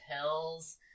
pills